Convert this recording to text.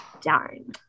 Darn